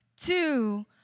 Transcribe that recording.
two